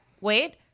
wait